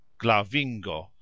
glavingo